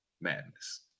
Madness